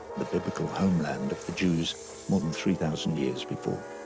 the biblical homeland of the jews more than three thousand years before.